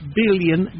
billion